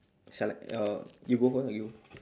select or you go first ah you